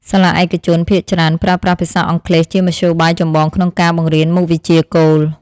សាលាឯកជនភាគច្រើនប្រើប្រាស់ភាសាអង់គ្លេសជាមធ្យោបាយចម្បងក្នុងការបង្រៀនមុខវិជ្ជាគោល។